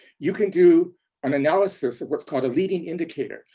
you can do an analysis of what's called a leading indicator.